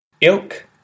ilk